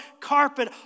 carpet